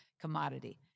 commodity